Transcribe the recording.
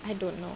I don't know